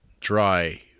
Dry